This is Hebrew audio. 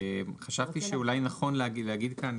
חשבתי שאולי נכון להגיד כאן,